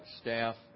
staff